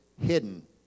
hidden